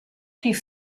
die